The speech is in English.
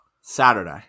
Saturday